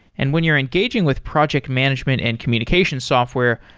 and when you're engaging with project management and communication software,